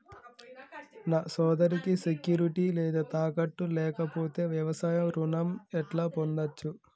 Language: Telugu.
నా సోదరికి సెక్యూరిటీ లేదా తాకట్టు లేకపోతే వ్యవసాయ రుణం ఎట్లా పొందచ్చు?